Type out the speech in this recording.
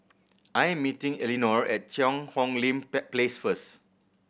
I am meeting Elinore at Cheang Hong Lim Place first